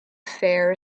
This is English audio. fair